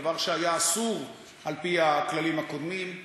דבר שהיה אסור על-פי הכללים הקודמים.